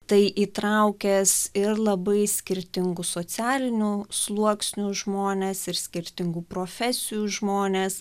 tai įtraukęs ir labai skirtingų socialinių sluoksnių žmones ir skirtingų profesijų žmones